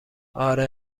آره